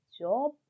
job